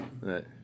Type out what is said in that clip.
right